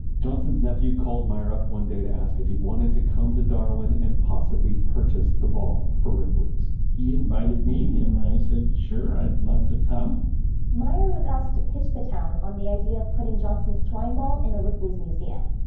johnson's nephew called meyer up one day to ask if he wanted to come to darwin and possibly purchase the ball for ripley's he invited me, and i said sure, i'd love to come meyer was asked to pitch the town on the idea of putting johnson's twine ball in a ripley's museum.